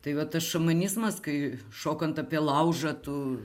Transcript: tai vat tas šamanizmas kai šokant apie laužą tu